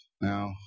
Now